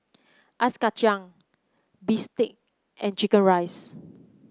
Ice Kachang Bistake and chicken rice